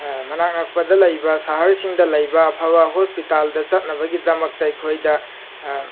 ꯃꯅꯥꯛ ꯅꯛꯄꯗ ꯂꯩꯕ ꯁꯍꯔꯁꯤꯡꯗ ꯂꯩꯕ ꯑꯐꯕ ꯍꯣꯁꯄꯤꯇꯥꯜꯗ ꯆꯠꯅꯕꯒꯤꯗꯃꯛꯇ ꯑꯩꯈꯣꯏꯗ